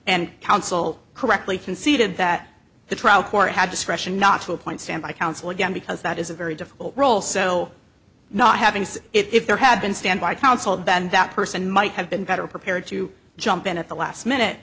and counsel correctly conceded that the trial court had discretion not to appoint standby counsel again because that is a very difficult role so not having if there had been stand by counsel bend that person might have been better prepared to jump in at the last minute